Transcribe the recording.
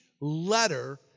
letter